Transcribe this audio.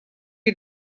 you